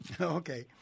Okay